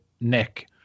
Nick